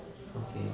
okay